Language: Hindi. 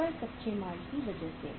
केवल कच्चे माल की वजह से